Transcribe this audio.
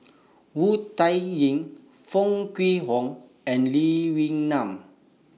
Wu Tsai Yen Foo Kwee Horng and Lee Wee Nam